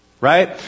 right